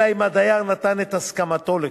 אלא אם כן הדייר נתן את הסכמתו לכך,